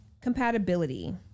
Compatibility